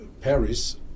Paris